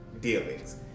dealings